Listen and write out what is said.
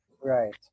Right